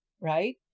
right